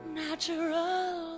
natural